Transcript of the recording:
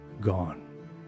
gone